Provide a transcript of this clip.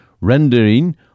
rendering